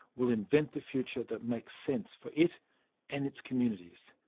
will invent the future that makes sense for it and its communities.